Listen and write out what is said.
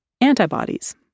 antibodies